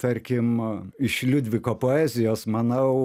tarkim iš liudviko poezijos manau